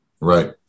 Right